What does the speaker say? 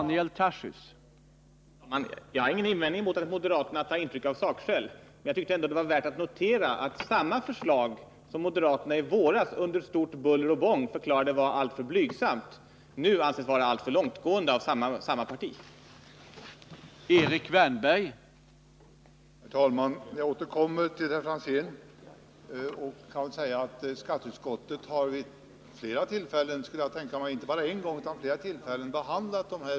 Herr talman! Jag har ingen invändning emot att moderaterna tar intryck av sakskäl, men jag tyckte ändå att det var värt att notera att samma parti som i våras med buller och bång förklarade att regeringens förslag var alltför blygsamt nu anser att det är alltför långtgående.